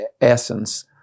essence